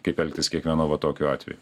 kaip elgtis kiekvienu va tokiu atveju